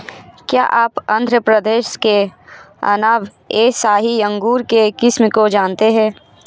क्या आप आंध्र प्रदेश के अनाब ए शाही अंगूर के किस्म को जानते हैं?